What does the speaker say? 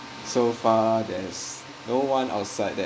so far there's no one outside that